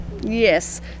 Yes